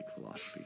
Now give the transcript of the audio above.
philosophy